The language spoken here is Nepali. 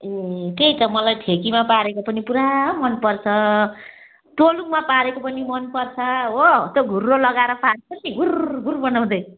ए त्यही त मलाई ठेकीमा पारेको पनि पुरा मन पर्छ टोलङमा पारेको पनि मन पर्छ हो त्यो घुर्रा लगाएर पार्छ नि हुर हुर बनाउँदै